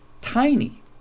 tiny